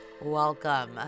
welcome